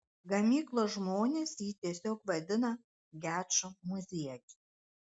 gamyklos žmonės jį tiesiog vadina gečo muziejus